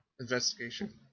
investigation